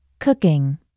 Cooking